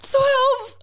Twelve